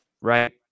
right